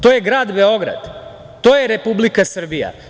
To je grad Beograd, to je Republika Srbija.